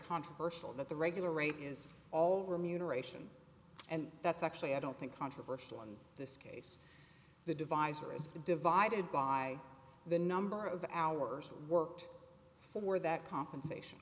controversial that the regular rate is all remuneration and that's actually i don't think controversial in this case the divisor is divided by the number of hours worked for that compensation